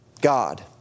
God